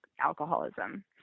alcoholism